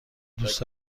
دوست